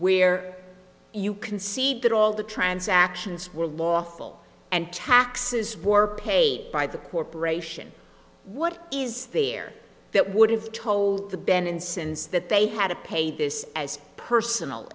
where you can see that all the transactions were lawful and taxes were paid by the corporation what is the year that would have told the been in since that they had to pay this as personal